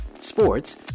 Sports